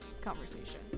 conversation